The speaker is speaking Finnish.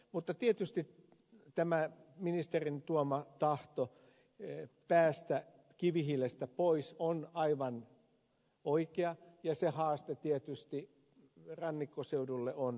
mutta tietysti tämä ministerin tuoma tahto päästä kivihiilestä pois on aivan oikea ja se haaste tietysti rannikkoseudulle on paikallaan